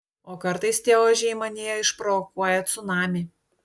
o kartais tie ožiai manyje išprovokuoja cunamį